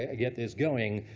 ah get this going.